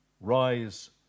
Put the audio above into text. rise